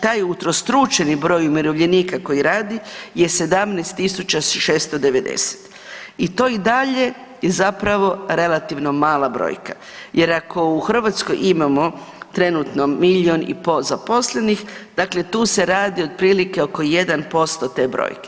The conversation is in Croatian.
Taj utrostručeni broj umirovljenika koji radi je 17 690 i to i dalje je zapravo relativno mala brojka jer ako u Hrvatskoj imamo trenutno milijun i pol zaposlenih, dakle tu se radi otprilike oko 1% te brojke.